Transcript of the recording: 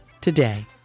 today